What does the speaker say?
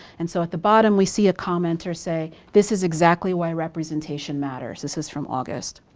and so at the bottom we see a commenter say, this is exactly why representation matters. this is from august.